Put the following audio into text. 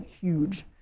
huge